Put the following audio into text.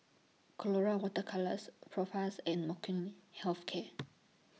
Colora Water Colours Propass and Molnylcke Health Care